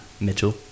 Mitchell